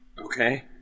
Okay